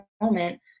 moment